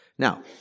Now